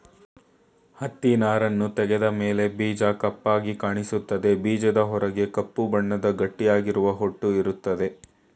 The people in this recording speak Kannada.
ಹತ್ತಿನಾರನ್ನು ತೆಗೆದ ಮೇಲೆ ಬೀಜ ಕಪ್ಪಾಗಿ ಕಾಣಿಸ್ತದೆ ಬೀಜದ ಹೊರಗೆ ಕಪ್ಪು ಬಣ್ಣದ ಗಟ್ಟಿಯಾಗಿರುವ ಹೊಟ್ಟು ಇರ್ತದೆ